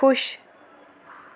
खुश